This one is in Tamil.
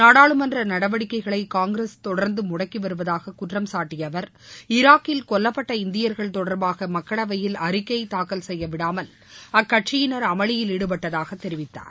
நாடாளுமன்ற நடவடிக்கைகளை காங்கிரஸ் தொடர்ந்து முடக்கி வருவதாக குற்றம் சாட்டிய அவர் சராக்கில் கொல்லப்பட்ட இந்தியர்கள் தொடர்பாக மக்களவையில் அறிக்கை தாக்கல் செய்யவிடாமல் அக்கட்சியினர் அமளியில் ஈடுபட்டதாக தெரிவித்தார்